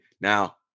Now